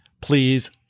Please